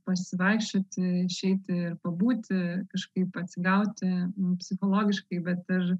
pasivaikščioti išeiti ir pabūti kažkaip atsigauti psichologiškai bet per